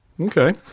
Okay